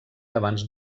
abans